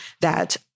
that-